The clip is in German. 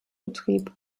betrieb